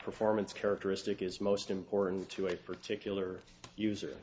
performance characteristic is most important to a particular user